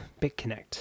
BitConnect